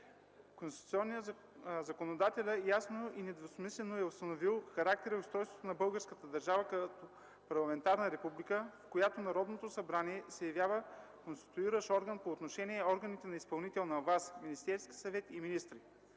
Конституционният законодател ясно и недвусмислено е установил характера и устройството на българската държава като парламентарна република, в която Народното събрание се явява конституиращ орган по отношение на органите на изпълнителната власт – Министерски съвет и министри.